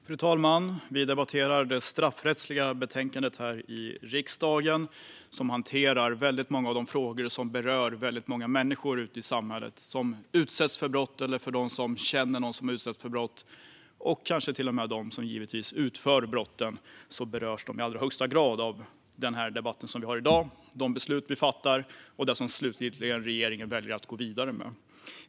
Fru talman! Vi debatterar nu betänkandet om straffrättsliga frågor som handlar om många av de frågor som berör väldigt många människor ute i samhället som utsätts för brott eller som känner någon som har utsatts för brott. Och de som utför brotten berörs givetvis i allra högsta grad av den debatt som vi har i dag, de beslut som vi fattar och det som regeringen slutligen väljer att gå vidare med.